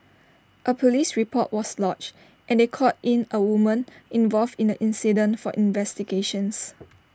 A Police report was lodged and they called in A woman involved in the incident for investigations